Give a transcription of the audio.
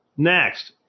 Next